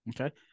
Okay